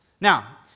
Now